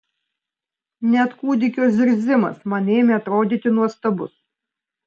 net kūdikio zirzimas man ėmė atrodyti nuostabus